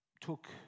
took